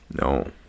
No